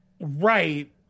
Right